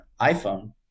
iPhone